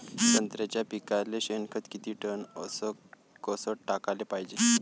संत्र्याच्या पिकाले शेनखत किती टन अस कस टाकाले पायजे?